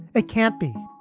it can't be.